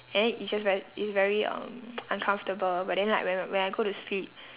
and then it's just very it's very um uncomfortable but then like when I when I go to sleep